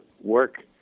work